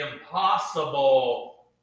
impossible